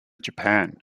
japan